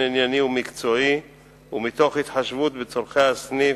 ענייני ומקצועי ומתוך התחשבות בצורכי הסניף,